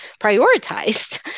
prioritized